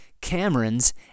Camerons